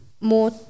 more